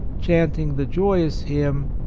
chanting the joy ous hymn,